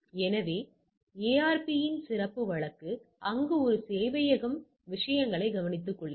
எனவே இது ARP இன் சிறப்பு வழக்கு அங்கு ஒரு சேவையகம் விஷயங்களை கவனித்துக்கொள்கிறது